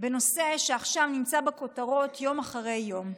בנושא שעכשיו נמצא בכותרות יום אחרי יום,